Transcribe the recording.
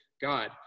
God